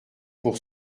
pour